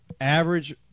average